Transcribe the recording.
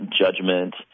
judgment